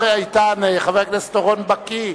השר איתן, חבר הכנסת אורון בקי.